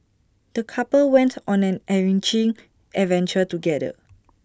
the couple went on an enriching adventure together